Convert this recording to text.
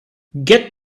get